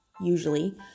usually